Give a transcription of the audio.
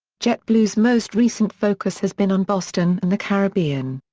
jetblue's most recent focus has been on boston and the caribbean.